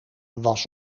was